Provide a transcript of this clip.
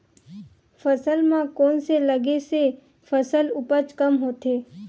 फसल म कोन से लगे से फसल उपज कम होथे?